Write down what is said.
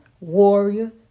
warrior